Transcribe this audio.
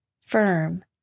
firm